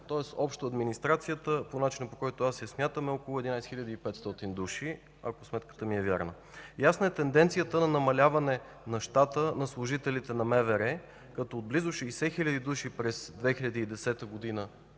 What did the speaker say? МВР. Общо администрацията по начина, по който аз я смятам, е около 11 500 души, ако сметката ми е вярна. Ясна е тенденцията към намаляване на щата на служителите на МВР, като от близо 60 хиляди души през 2010 г.,